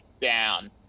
down